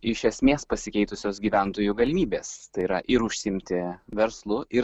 iš esmės pasikeitusios gyventojų galimybės tai yra ir užsiimti verslu ir